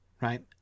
Right